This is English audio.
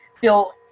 feel